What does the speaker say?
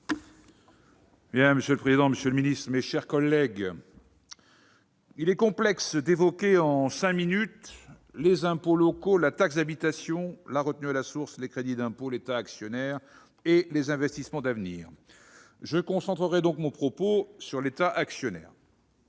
Bocquet. Monsieur le président, monsieur le ministre, mes chers collègues, il est complexe d'évoquer en cinq minutes les impôts locaux, la taxe d'habitation, la retenue à la source, les crédits d'impôt, l'État actionnaire et les investissements d'avenir ! Je concentrerai donc mon propos sur l'État actionnaire.